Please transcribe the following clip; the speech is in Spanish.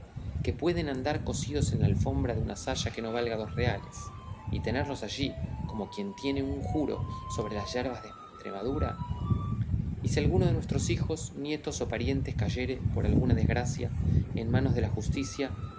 que pueden andar cosidos en el alforza de una saya que no valga dos reales y tenerlos allí como quien tiene un juro sobre las yerbas de estremadura y si alguno de nuestros hijos nietos o parientes cayere por alguna desgracia en manos de la justicia